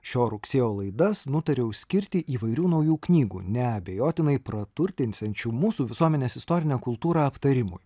šio rugsėjo laidas nutariau išskirti įvairių naujų knygų neabejotinai praturtinsiančių mūsų visuomenės istorinę kultūrą aptarimui